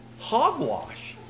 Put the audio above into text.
hogwash